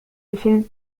الفلم